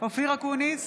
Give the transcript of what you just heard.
אופיר אקוניס,